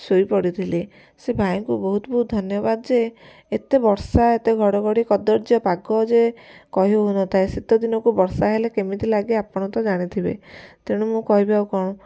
ଶୋଇପଡ଼ିଥିଲି ସେ ଭାଇଙ୍କୁ ବହୁତ ବହୁତ ଧନ୍ୟବାଦ ଯେ ଏତେ ବର୍ଷା ଏତେ ଘଡ଼ଘଡ଼ି କଦର୍ଯ୍ୟ ପାଗ ଯେ କହି ହେଉନଥାଏ ଶୀତଦିନକୁ ବର୍ଷା ହେଲେ କେମିତି ଲାଗେ ଆପଣ ତ ଜାଣିଥିବେ ତେଣୁ ମୁଁ କହିବି ଆଉ କ'ଣ